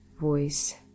voice